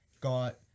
got